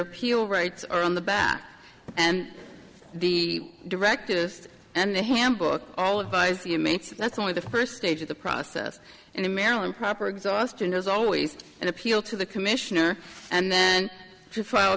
appeal rights are on the back and the directors and the ham book all advise you make that's only the first stage of the process and in maryland proper exhaustion there's always an appeal to the commissioner and then to file